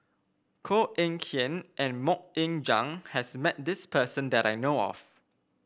Koh Eng Kian and MoK Ying Jang has met this person that I know of